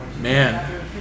Man